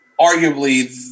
arguably